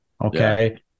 okay